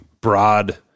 broad